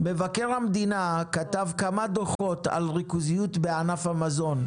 שמבקר המדינה כתב כמה דוחות על ריכוזיות בענף המזון.